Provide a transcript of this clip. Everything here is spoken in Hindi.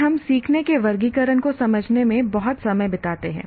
फिर हम सीखने की वर्गीकरण को समझने में बहुत समय बिताते हैं